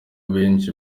abenshi